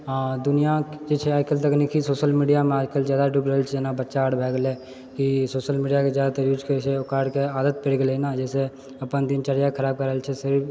दुनिया जे छै आइ काल्हि तकनीकी सोशल मीडियामे आइ काल्हि जादा डूबल छै जेना बच्चा आर भए गेलै कि सोशल मीडियाके ज्यादातर यूज करै छै ओकरा आरके आदत पड़ि गेलै ने जाहिसँ अपन दिनचर्या खराब कए रहल छै सब